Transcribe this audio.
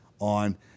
on